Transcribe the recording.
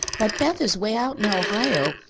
but beth is way out in ohio,